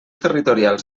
territorials